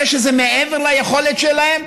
הרי שזה מעבר ליכולת שלהם.